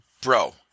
Bro